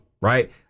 right